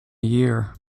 year